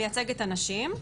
מייצג את הנשים,